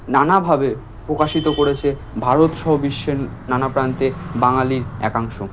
নানা ভাবে প্রকাশিত করেছে ভারতসহ বিশ্বের নানা প্রান্তে বাঙালির একাংশ